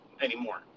anymore